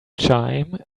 chime